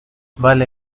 vale